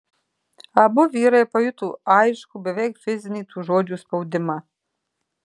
abu vyrai pajuto aiškų beveik fizinį tų žodžių spaudimą